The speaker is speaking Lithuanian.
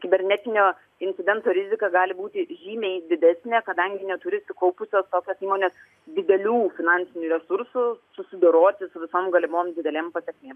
kibernetinio incidento rizika gali būti žymiai didesnė kadangi neturi sukaupusios tokios įmonės didelių finansinių resursų susidoroti su visom galimom didelėm pasekmėm